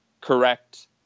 correct